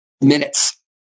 minutes